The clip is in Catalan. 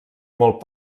molt